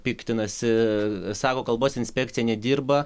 piktinasi sako kalbos inspekcija nedirba